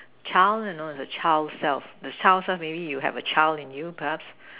child you know is the child self the child self maybe you have a child in you perhaps